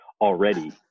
already